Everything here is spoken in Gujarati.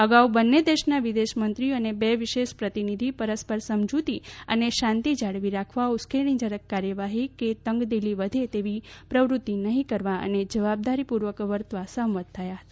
અગાઉ બંને દેશના વિદેશમંત્રી અને બે વિશેષ પ્રતિનિધિ પરસ્પર સમજૂતી અને શાંતિ જાળવી રાખવા ઉશ્કેરણીજનક કાર્યવાહી કે તંગદિલી વધે તેવી પ્રવૃત્તિ નહીં કરવા અને જવાબદારીપૂર્વક વર્તવા સહમત થયા હતા